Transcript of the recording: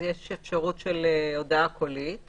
יש אפשרות של הודעה קולית.